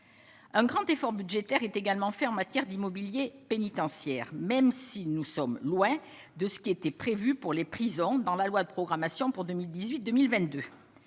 un grand effort budgétaire est également fait en matière d'immobilier pénitentiaire, même si nous sommes loin de ce qui était prévu pour les prisons dans la loi de programmation pour 2018, 2022